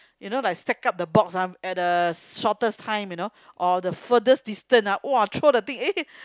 you know like stack up the box ah at the shortest time you know or the furthest distance ah !wah! throw the thing eh